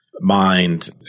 mind